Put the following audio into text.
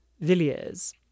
Villiers